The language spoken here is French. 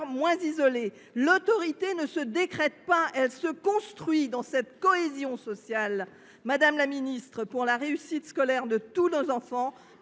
agriculteurs. L’autorité ne se décrète pas, elle se construit dans cette cohésion sociale ! Madame la ministre, pour la réussite scolaire de tous nos enfants,